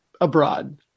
abroad